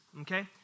okay